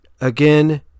Again